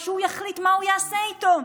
שהוא יחליט מה הוא יעשה איתו.